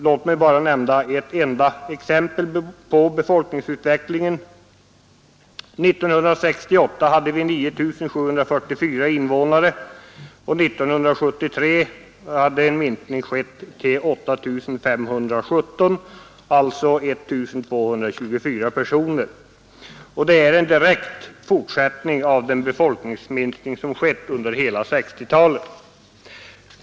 Låt mig bara nämna ett enda exempel på befolkningsutvecklingen. 1968 hade vi 9 744 invånare, och 1973 hade det skett en minskning till 8 517, alltså en minskning med 1 227 invånare. Det är en direkt fortsättning på den befolkningsminskning som skett under hela 1960-talet.